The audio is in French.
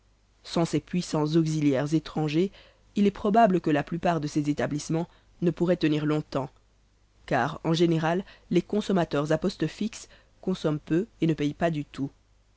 sans ces puissans auxiliaires étrangers il est probable que la plupart de ces établissemens ne pourraient tenir long-temps car en général les consommateurs à postes fixes consomment peu et ne payent pas du tout